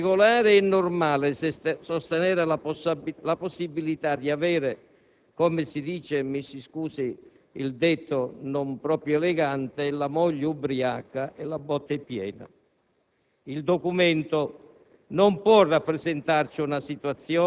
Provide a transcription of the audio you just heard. Più terra terra, sottolineo che non è regolare e normale sostenere la possibilità di avere, come si usa dire (mi si scusi il detto non proprio elegante), «la moglie ubriaca e la botte piena».